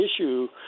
issue